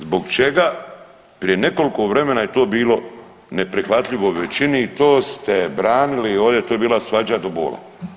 Zbog čega prije nekoliko vremena je to bilo neprihvatljivo većini i to ste branili ovde to je bila svađa do bola.